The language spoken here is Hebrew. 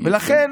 לכן,